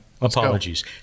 Apologies